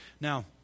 Now